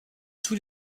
tous